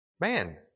Man